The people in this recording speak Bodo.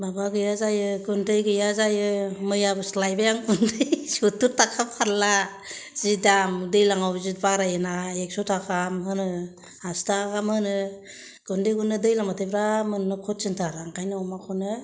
माबा गैया जायो गुनदै गैया जायो मैयाबो लायबाय आं सुतुर थाखा फारला जि दाम दैलाङाव जि बारायो ना एकस थाका गाहाम होनो आसि थाका गाहाम होनो गुनदैखौनो दैलांबाथाय बिराद मोननो खथिन थार ओंखायनो अमाखौनो